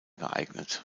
geeignet